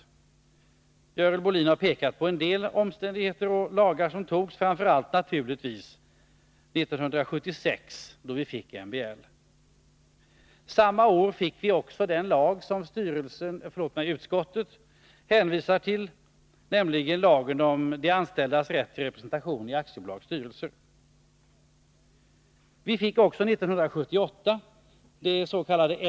Görel Bohlin har pekat på en del omständigheter och lagar som man fattade beslut om, framför allt naturligtvis 1976 då vi fick MBL. Samma år fick vi också den lag som utskottet hänvisar till, nämligen lagen om de anställdas rätt till representation i aktiebolags styrelse. Vi fick också 1978 dets.k.